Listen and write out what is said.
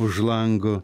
už lango